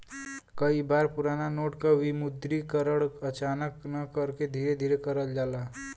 कई बार पुराना नोट क विमुद्रीकरण अचानक न करके धीरे धीरे करल जाला